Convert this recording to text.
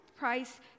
price